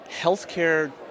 healthcare